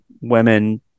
women